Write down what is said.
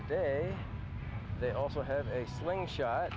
today they also have a slingshot